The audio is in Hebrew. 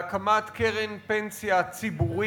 בהקמת קרן פנסיה ציבורית,